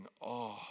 awe